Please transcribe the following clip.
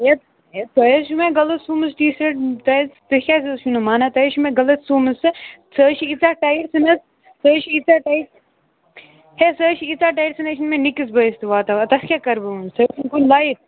تۄہہِ حظ چھُو مےٚ غلط سُومٕژ ٹی شٲٹ تۄہہِ حظ تُہۍ کیٛازِ حظ چھُو نہٕ مانان تۄہہِ حظ چھُو مےٚ غلط سُومٕژ سۄ سۄ حظ چھِ ییٖژاہ ٹایِٹ سُہ نہٕ حظ سُہ حظ چھِ ییٖژاہ ٹایِٹ ہے سۄ حظ چھِ ییٖژاہ ٹایِٹ سُہ نہٕ حظ چھِنہٕ مےٚ نِکِس بٲیِس تہِ واتان وۄنۍ تَتھ کیٛاہ کَرٕ بہٕ وٕنۍ سُہ حظ چھِنہٕ کُنہِ لایَک